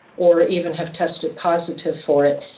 or even have tested positive for it,